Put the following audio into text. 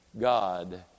God